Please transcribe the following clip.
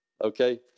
Okay